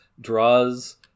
draws